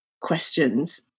questions